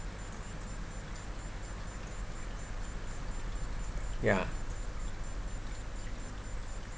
ya